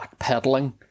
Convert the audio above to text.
backpedaling